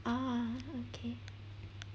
ah okay